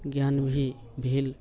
ज्ञान भी भेल